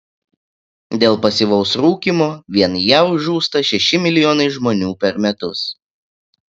dėl pasyvaus rūkymo vien jav žūsta šeši milijonai žmonių per metus